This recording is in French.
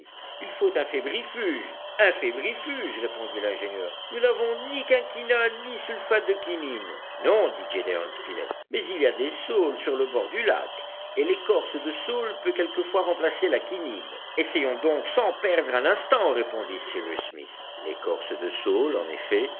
il faut un fébrifuge un fébrifuge répondit l'ingénieur nous n'avons ni quinquina ni sulfate de quinine non dit gédéon spilett mais il y a des saules sur le bord du lac et l'écorce de saule peut quelquefois remplacer la quinine essayons donc sans perdre un instant répondit cyrus smith l'écorce de saule en effet